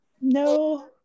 no